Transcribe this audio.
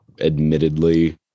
admittedly